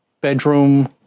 bedroom